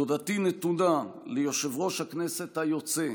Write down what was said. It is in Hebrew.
תודתי נתונה ליושב-ראש הכנסת היוצא,